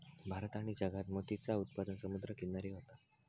भारत आणि जगात मोतीचा उत्पादन समुद्र किनारी होता